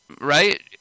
right